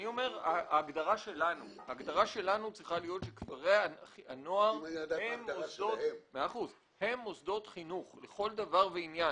ההגדרה שלנו צריכה להיות שכפרי הנוער הם מוסדות חינוך לכל דבר ועניין.